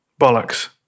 Bollocks